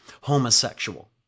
homosexual